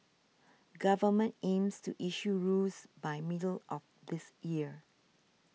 government aims to issue rules by middle of this year